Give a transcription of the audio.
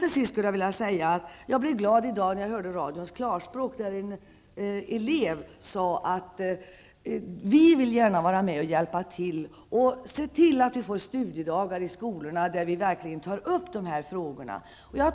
Till sist skulle jag vilja säga att jag blev glad när jag i dag hörde radions Klarspråk. En elev sade: Vi vill gärna vara med och hjälpa till. Se till att vi får studiedagar i skolan där vi verkligen tar upp de här frågorna.